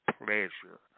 pleasure